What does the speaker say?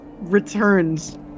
returns